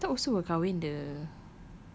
then I thought ushu will kahwin the